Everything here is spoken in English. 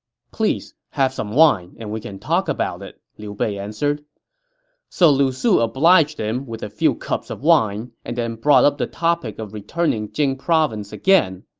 please, have some wine, and we can talk about it, liu bei answered so lu su obliged him with a few cups of wine, and then brought up the topic of returning jing province again.